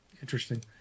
Interesting